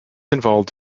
involved